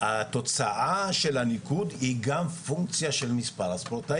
התוצאה של הניקוד היא גם פונקציה של מספר הספורטאים.